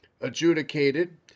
adjudicated